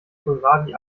kohlrabi